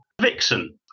Vixen